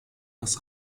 das